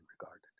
regarded